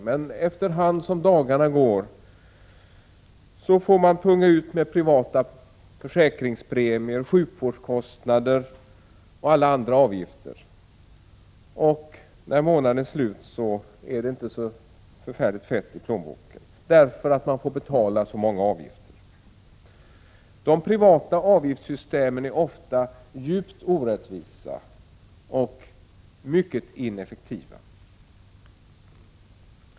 Men efter hand som dagarna går får man punga ut med privata försäkringspremier, sjukvårdskostnader och andra avgifter, och när månaden är slut är det inte så fett i plånboken, eftersom man fått betala så många avgifter. De privata avgiftssystemen är ofta djupt orättvisa och mycket ineffektiva.